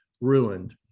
ruined